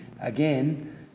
again